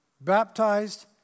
baptized